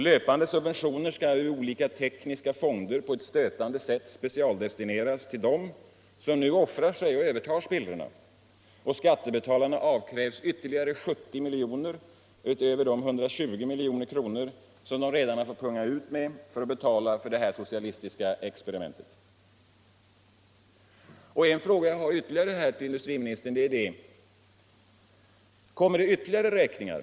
Löpande subventioner skall ur olika tekniska fonder på ett stötande sätt specialdestineras till dem som nu offrar sig och övertar spillrorna. Skattebetalarna avkrävs ytterligare 70 milj.kr. utöver de 120 milj.kr. som de redan fått punga ut med för att betala detta socialistiska experiment. En annan fråga som jag vill ställa till industriministern är denna: Kommer det ytterligare räkningar?